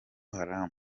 haram